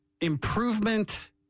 improvement